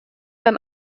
beim